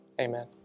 amen